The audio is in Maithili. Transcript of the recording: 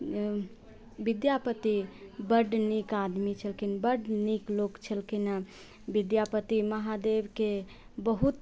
विद्यापति बड नीक आदमी छलखिन बड नीक लोक छलखिन हँ विद्यापति महादेव के बहुत